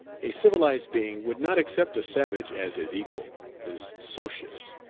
a civilized being would not accept a savage as his equal, his socius,